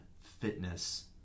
fitness